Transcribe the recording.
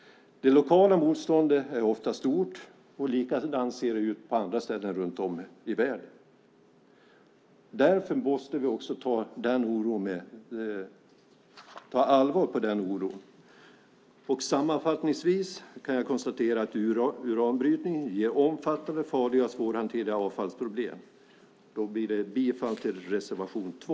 Det lokala motståndet är ofta stort, och likadant ser det ut på andra ställen runt om i världen. Därför måste vi också ta den här oron på allvar. Sammanfattningsvis kan jag konstatera att uranbrytning ger omfattande, farliga och svårhanterliga avfallsproblem. Jag yrkar bifall till reservation 2.